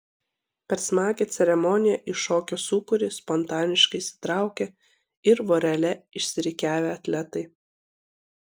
per smagią ceremoniją į šokio sūkurį spontaniškai įsitraukė ir vorele išsirikiavę atletai